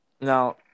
now